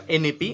NAP